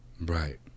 right